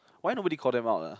why nobody call them out ah